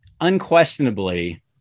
unquestionably